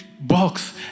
box